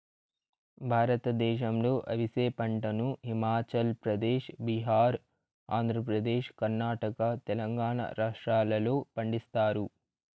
భారతదేశంలో అవిసె పంటను హిమాచల్ ప్రదేశ్, బీహార్, ఆంధ్రప్రదేశ్, కర్ణాటక, తెలంగాణ రాష్ట్రాలలో పండిస్తారు